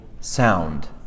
sound